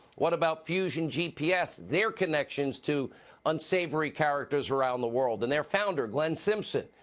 what about fusion gts? their connections to unsavory characters around the world and their founder, glenn simpson.